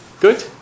Good